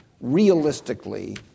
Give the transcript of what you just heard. realistically